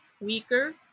weaker